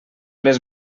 les